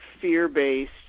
fear-based